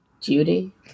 Judy